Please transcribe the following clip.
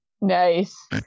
Nice